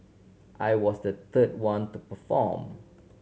I was the third one to perform